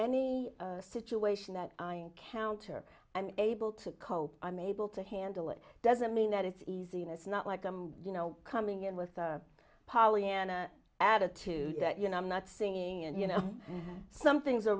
any situation that i encounter and able to cope i'm able to handle it doesn't mean that it's easy and it's not like i'm coming in with a pollyanna attitude that you know i'm not singing and you know some things are